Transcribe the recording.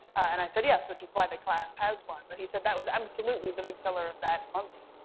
and i said, yes, which is why the class has one. but he said, that was absolutely the big seller of that month,